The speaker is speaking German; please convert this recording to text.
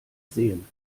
sehen